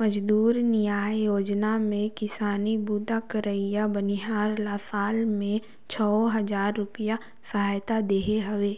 मजदूर नियाव योजना में किसानी बूता करइया बनिहार ल साल में छै हजार रूपिया सहायता देहे हवे